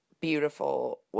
beautiful